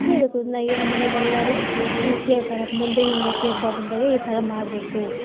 ಹೇಳುತ್ತೀನಿ ನಾನು ಈಗ ನಮ್ಮ ಮನ್ಯಾಗ ಎಲ್ಲರೂ ಕೇಳ್ತಾರೆ ಮುಂದೆ ಹೆಂಗತಿ ಹಬ್ಬ ಬಂದಾಗ ಈ ಥರ ಮಾಡಬೇಕು